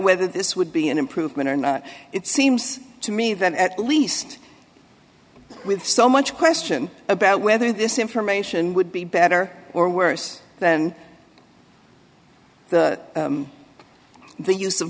whether this would be an improvement or not it seems to me that at least with so much question about whether this information would be better or worse than the u